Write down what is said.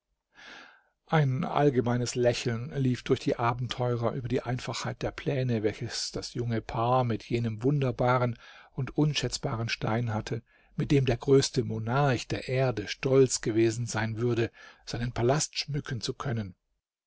ein allgemeines lächeln lief durch die abenteurer über die einfachheit der pläne welche das junge paar mit jenem wunderbaren und unschätzbaren stein hatte mit dem der größte monarch der erde stolz gewesen sein würde seinen palast schmücken zu können